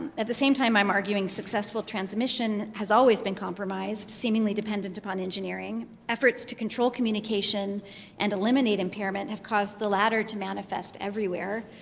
at the same time, i'm arguing successful transmission has always been compromised seemingly dependent upon engineering. efforts to control communication and eliminate impairment have caused the latter to manifest everywhere.